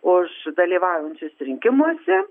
už dalyvaujančius rinkimuose